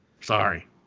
sorry